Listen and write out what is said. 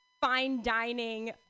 fine-dining